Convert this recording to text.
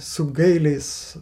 su gailiais